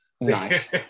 Nice